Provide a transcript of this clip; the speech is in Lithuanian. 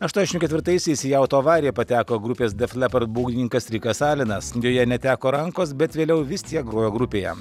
aštuoniasdešim ketvirtaisiais į autoavariją pateko grupės deflepart būgnininkas rikas alenas deja neteko rankos bet vėliau vis tiek grojo grupėje